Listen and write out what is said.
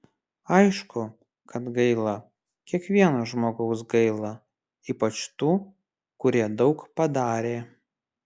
aišku kad gaila kiekvieno žmogaus gaila ypač tų kurie daug padarė